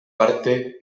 parte